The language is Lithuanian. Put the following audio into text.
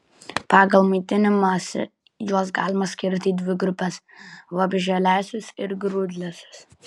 pagal maitinimąsi juos galima skirti į dvi grupes vabzdžialesius ir grūdlesius